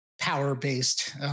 power-based